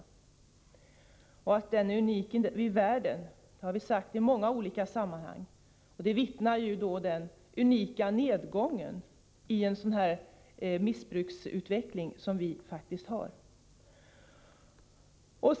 Att socialtjänstreformen är unik i världen har vi sagt i många olika sammanhang, och därom vittnar också den unika nedgång i missbruksutvecklingen som vi faktiskt har fått.